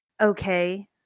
okay